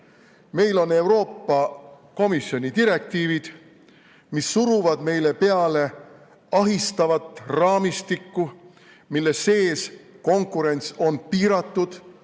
Meil on Euroopa Komisjoni direktiivid, mis suruvad meile peale ahistavat raamistikku, mille sees konkurents on piiratud,